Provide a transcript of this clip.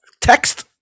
text